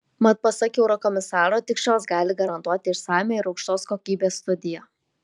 mat pasak eurokomisaro tik šios gali garantuoti išsamią ir aukštos kokybės studiją